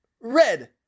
Red